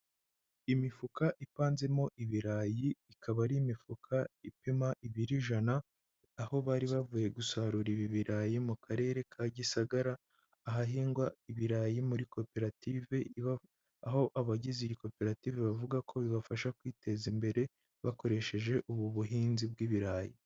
Imifuka ipanzemo ibirayi ikaba ari imifuka ipima ibiro ijana, aho bari bavuye gusarura ibirayi mu Karere ka Gisagara ahahingwa ibirayi muri koperative iba aho abagize iyi koperative bavuga ko bibafasha kwiteza imbere, bakoresheje ubu buhinzi bw'ibirayi.